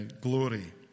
glory